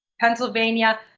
Pennsylvania